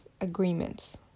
agreements